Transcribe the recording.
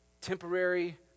temporary